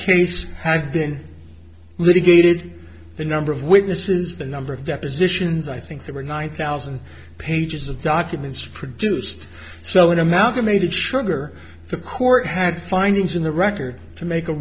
case had been litigated the number of witnesses the number of depositions i think there were nine thousand pages of documents produced so in amalgamated sugar the court had findings in the record to make a